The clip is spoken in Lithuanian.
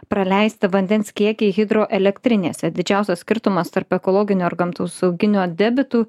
praleisti vandens kiekį hidroelektrinėse didžiausias skirtumas tarp ekologinio ir gamtosauginio debitų